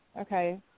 Okay